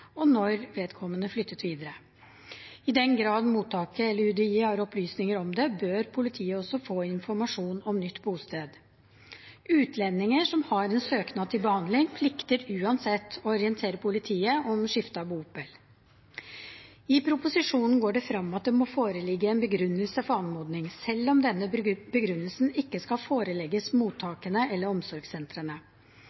og når vedkommende flyttet videre. I den grad mottaket eller UDI har opplysninger om det, bør politiet også få informasjon om nytt bosted. Utlendinger som har en søknad til behandling, plikter uansett å orientere politiet om skifte av bopel. Av proposisjonen går det frem at det må foreligge en begrunnelse for anmodningen, selv om denne begrunnelsen ikke skal forelegges